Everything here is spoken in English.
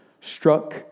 struck